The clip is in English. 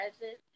present